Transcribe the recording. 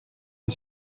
est